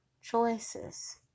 Choices